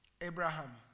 Abraham